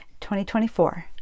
2024